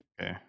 Okay